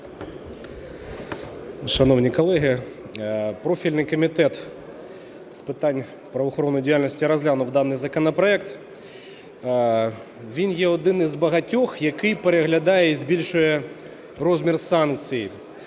Шановні колеги, профільний Комітет з питань правоохоронної діяльності розглянув даний законопроект. Він є один із багатьох, який переглядає і збільшує розмір санкцій